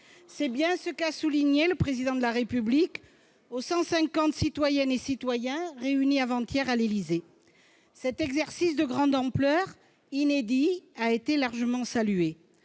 C'est bien ce qu'a souligné le Président de la République aux 150 citoyennes et citoyens réunis avant-hier à l'Élysée. Cet exercice de grande ampleur, inédit, a été largement salué